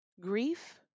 grief